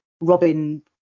robin